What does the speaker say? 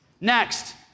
Next